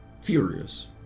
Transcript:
furious